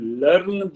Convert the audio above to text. learn